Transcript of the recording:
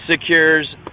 secures